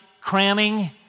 cramming